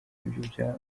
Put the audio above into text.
aribyo